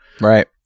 right